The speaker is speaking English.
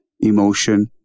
emotion